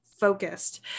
focused